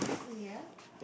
ya